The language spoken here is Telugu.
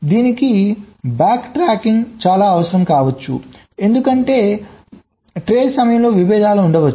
దీనికి బ్యాక్ ట్రాకింగ్ చాలా అవసరం కావచ్చు ఎందుకంటే వెనుకబడిన ట్రేస్ సమయంలో విభేదాలు ఉండవచ్చు